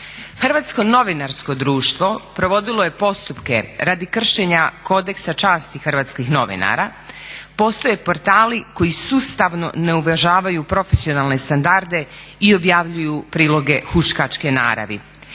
Hrvatsko novinarsko društvo provodilo je postupke radi kršenja kodeksa časti hrvatskih novinara. Postoje portali koji sustavno ne uvažavaju profesionalne standarde i objavljuju priloge huškačke naravi.